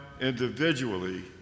individually